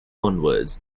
onwards